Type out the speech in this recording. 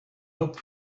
hope